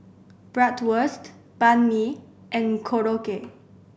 Bratwurst Banh Mi and Korokke